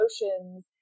emotions